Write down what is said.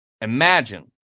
Imagine